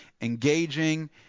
engaging